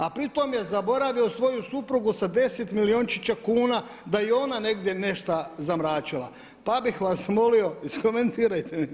A pritom je zaboravio svoju suprugu sa 10 milijončića kuna da i ona negdje nešta zamračila, pa bih vas molio iskomentirajte mi to.